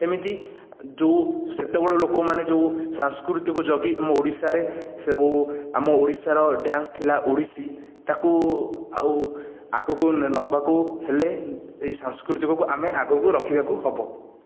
ଏମିତି ଯେଉଁ ସେତେବେଳ ଲୋକମାନେ ଯେଉଁ ସାଂସ୍କୃତିକୁ ଜଗି ଆମ ଓଡ଼ିଶାରେ ସବୁ ଆମ ଓଡ଼ିଶାର ଡାନ୍ସ ଥିଲା ଓଡ଼ିଶୀ ତାକୁ ଆଉ ଆଗକୁ ନବାକୁ ହେଲେ ଏହି ସାଂସ୍କୃତିକକୁ ଆମେ ଆଗକୁ ରଖିବାକୁ ହବ